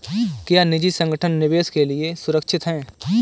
क्या निजी संगठन निवेश के लिए सुरक्षित हैं?